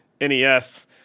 NES